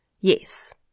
Yes